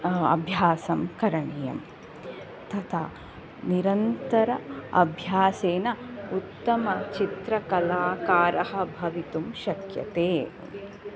अभ्यासं करणीयं तथा निरन्तर अभ्यासेन उत्तमचित्रकलाकारः भवितुं शक्यते